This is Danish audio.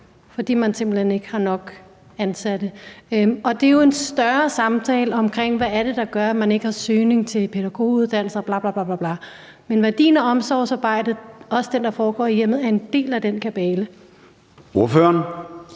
fordi man simpelt hen ikke har nok ansatte. Og det er jo en større samtale om, hvad det er, der gør, at der ikke er søgning til pædagoguddannelsen og bla bla bla. Men værdien af omsorgsarbejde, også det, der foregår i hjemmet, er en del af den kabale. Kl.